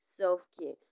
self-care